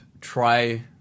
try